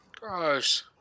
Gross